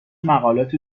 مقالات